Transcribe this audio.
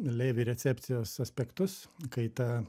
levi recepcijos aspektus kai ta